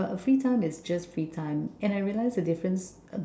but a free time is just free time and I realize the difference